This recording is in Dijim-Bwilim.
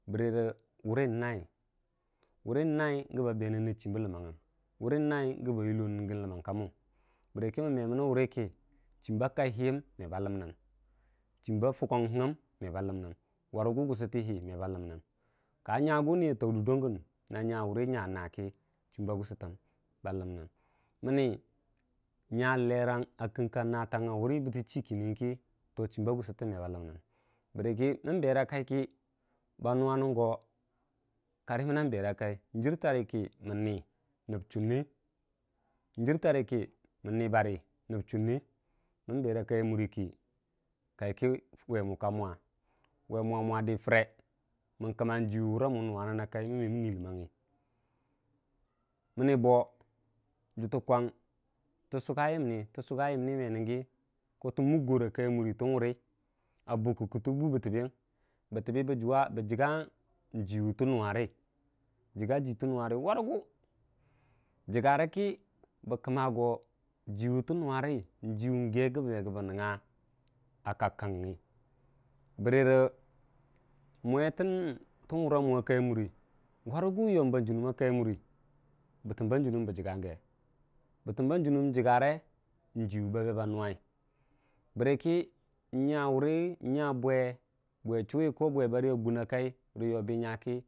Barə ki wure nyai gəba bere chimbə ləmnəng gərə n'wurə nər wurən nai gəba benən nə chimbə ləmmangəm bərəkə məmwe məni wurəkə chimber kaihəyəm meba ləmnən warəgu gusatəhii me ba ləmnən warəgu gusatəhii me ba ləmnən, ka nyagu ni a tau dur dangən mənni nya lerang a kingka wurə bəni chigərə kə to chimba gusətən me ba ləmnəng, bərəka mər bera kai kə ba nuwa nən go karə mənəng berəng nyi tarə kə mən nibarə nbera kaltyamun kə weemu ka mwaa a di fəre mən kəmma ji murə mu nuwa nən kai me mən nu ləmmangngi mə bo tə mukgora kaitayamuri tən wurə, a buk kə kətə buu bətəbənəng bə ləggang ji tə nuwa rə warəgu mwe tən wurəmu a kai muwi yomba jənnnim bətəbə bə jəgga ge n'jimu ba be ba nuwai bərəkə nya bwe barə rə bwe chuwu a gun a kai kə mə suwe mo ka məssarang barə ki nya bwechuwi nya ki.